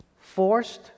forced